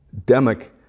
Demic